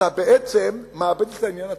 אתה בעצם מאבד את העניין עצמו?